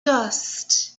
dust